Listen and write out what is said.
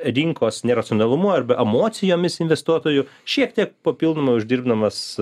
rinkos neracionalumu arba emocijomis investuotojų šiek tiek papildomai uždirbdamas